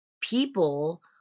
people